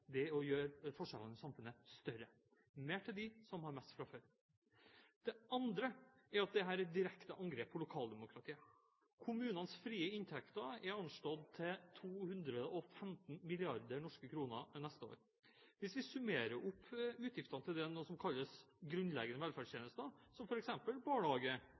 er å gjøre forskjellene i samfunnet større: Mer til dem som har mest fra før. Det andre er at dette er et direkte angrep på lokaldemokratiet. Kommunenes frie inntekter er anslått til 215 milliarder norske kroner neste år. Hvis vi summerer opp utgiftene til det som nå kalles grunnleggende velferdstjenester – som f.eks. barnehage,